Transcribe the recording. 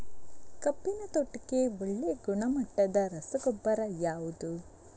ಕಬ್ಬಿನ ತೋಟಕ್ಕೆ ಒಳ್ಳೆಯ ಗುಣಮಟ್ಟದ ರಸಗೊಬ್ಬರ ಯಾವುದು?